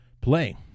play